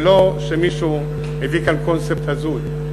זה לא שמישהו הביא כאן קונספט הזוי.